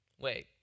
Wait